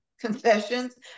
concessions